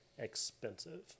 Expensive